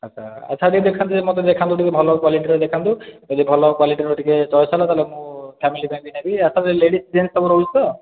ଆଚ୍ଛା ଆଚ୍ଛା ଟିକେ ଦେଖାନ୍ତୁ ମୋତେ ଦେଖାନ୍ତୁ ଟିକେ ଭଲ କ୍ୱାଲିଟିର ଦେଖାନ୍ତୁ ଯଦି ଭଲ କ୍ୱାଲିଟିର ଟିକେ ଚଏସ୍ ହେଲା ତା'ହେଲେ ମୁଁ ଫାମିଲି ପାଇଁ ବି ନେବି ଆଚ୍ଛା ତା'ହାଲେ ଲେଡ଼ିଜ୍ ଜିନ୍ସ୍ ସବୁ ରହୁଛି ତ